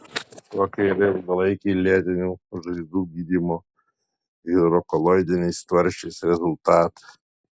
kokie yra ilgalaikiai lėtinių žaizdų gydymo hidrokoloidiniais tvarsčiais rezultatai